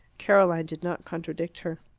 caroline did not contradict her.